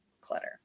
clutter